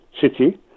city